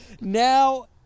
now